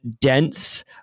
dense